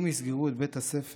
אם יסגרו את בית הספר,